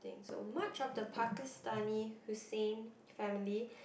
so much of the Pakistani Hussein family